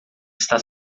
está